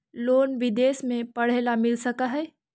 Loan विदेश में पढ़ेला मिल सक हइ?